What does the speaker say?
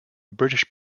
british